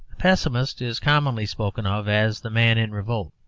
pessimist is commonly spoken of as the man in revolt.